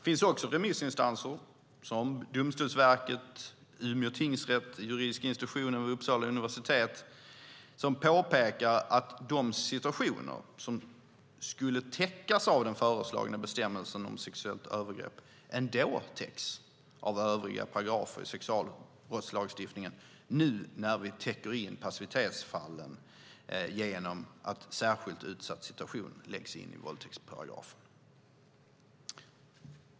Det finns remissinstanser, såsom Domstolsverket, Umeå tingsrätt och Juridiska institutionen vid Uppsala universitet, som påpekar att de situationer som skulle täckas av den föreslagna bestämmelsen om sexuellt övergrepp ändå täcks av övriga paragrafer i sexualbrottslagstiftningen nu när vi täcker in passivitetsfallen genom att "särskilt utsatt situation" läggs in i våldtäktsparagrafen.